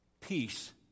peace